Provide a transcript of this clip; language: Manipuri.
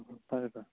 ꯐꯔꯦ ꯐꯔꯦ